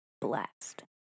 blast